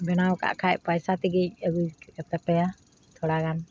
ᱵᱮᱱᱟᱣ ᱟᱠᱟᱫ ᱠᱷᱟᱱ ᱯᱚᱭᱥᱟ ᱛᱮᱜᱤᱧ ᱟᱜᱩᱭ ᱛᱟᱯᱮᱭᱟ ᱛᱷᱚᱲᱟ ᱜᱟᱱ